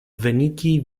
venigi